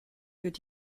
führt